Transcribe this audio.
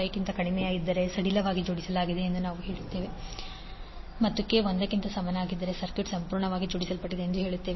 5 ಕ್ಕಿಂತ ಕಡಿಮೆಯಿದ್ದರೆ ಅದು ಸಡಿಲವಾಗಿ ಜೋಡಿಸಲ್ಪಟ್ಟಿದೆ ಎಂದು ನಾವು ಹೇಳುತ್ತೇವೆ ಮತ್ತು k ಒಂದಕ್ಕೆ ಸಮನಾಗಿದ್ದರೆ ಸರ್ಕ್ಯೂಟ್ ಸಂಪೂರ್ಣವಾಗಿ ಜೋಡಿಸಲ್ಪಟ್ಟಿದೆ ಎಂದು ಹೇಳುತ್ತೇವೆ